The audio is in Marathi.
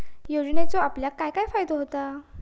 योजनेचो आपल्याक काय काय फायदो होता?